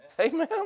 Amen